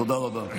תודה רבה.